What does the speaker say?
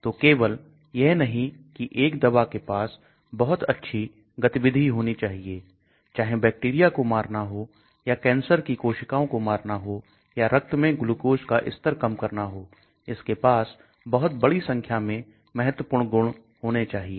तो केवल यह नहीं की एक दवा के पास बहुत अच्छी गतिविधि होनी चाहिए चाहे बैक्टीरिया को मारना हो या कैंसर की कोशिकाओं को मारना हो या रक्त में ग्लूकोज का स्तर कम करना हो इसके पास बहुत बड़ी संख्या में महत्वपूर्ण गुण होने चाहिए